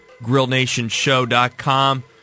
GrillNationShow.com